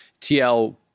TL